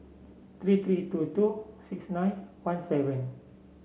three three two two six nine one seven